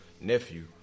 nephew